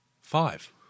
five